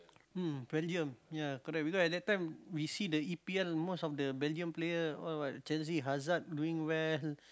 mm Belgium ya correct because at that time we see the e_p_l most of the Belgium player all what Chelsea Hazard doing well